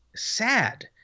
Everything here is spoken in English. sad